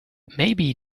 maybe